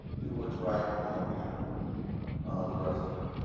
do what's right and we'll handle the rest of it.